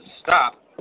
stop